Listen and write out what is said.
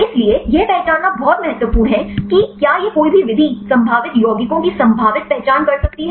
इसलिए यह पहचानना बहुत महत्वपूर्ण है कि क्या ये कोई भी विधि संभावित यौगिकों की संभावित पहचान कर सकती है